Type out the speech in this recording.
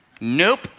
Nope